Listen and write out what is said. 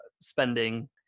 spending